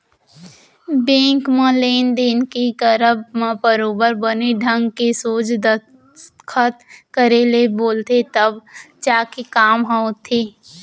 bank म लेन देन के करब म बरोबर बने ढंग के सोझ दस्खत करे ले बोलथे तब जाके काम ह होथे